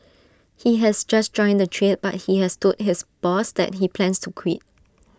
he has just joined the trade but he has told his boss that he plans to quit